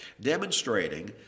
demonstrating